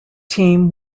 team